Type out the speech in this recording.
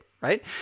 Right